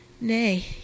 Nay